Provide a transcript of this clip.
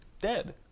dead